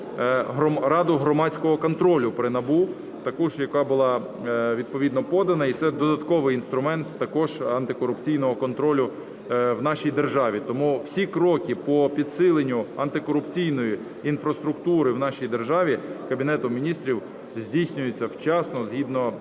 Раду громадського контролю при НАБУ, також яка була відповідно подана. І це додатковий інструмент також антикорупційного контролю в нашій державі. Тому всі кроки по підсиленню антикорупційної інфраструктури в нашій державі Кабінетом Міністрів здійснюються вчасно, згідно